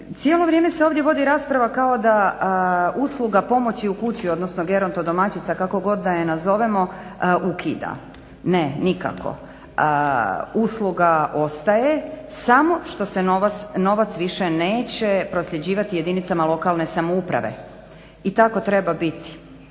Cijelo vrijeme se ovdje vodi rasprava kao da usluga pomoći u kući, odnosno gerontodomaćica, kako god da je nazovemo, ukida. Ne, nikako. Usluga ostaje, samo što se novac više neće prosljeđivati jedinicama lokalne samouprave i tako treba biti